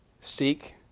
seek